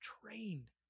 trained